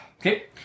Okay